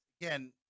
again